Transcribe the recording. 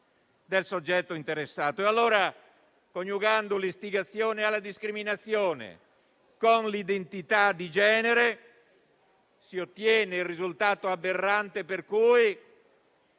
del soggetto interessato. Coniugando l'istigazione alla discriminazione con l'identità di genere si ottiene allora il risultato aberrante per cui